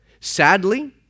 Sadly